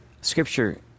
Scripture